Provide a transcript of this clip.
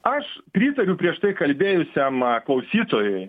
aš pritariu prieš tai kalbėjusiam klausytojui